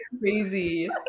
crazy